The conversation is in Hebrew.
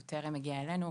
הוא טרם הגיע אלינו.